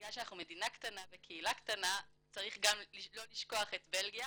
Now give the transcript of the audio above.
בגלל שאנחנו מדינה קטנה וקהילה קטנה צריך גם לא לשכוח את בלגיה